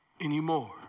anymore